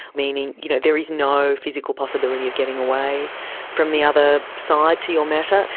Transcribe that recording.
meaning you know there is no physical possibility of getting away from the other side to your matter.